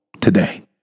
today